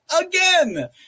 again